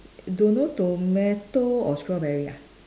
don't know tomato or strawberry ah